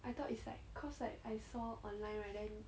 I thought it's like cause like I saw online right then